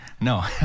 no